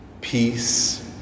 peace